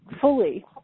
fully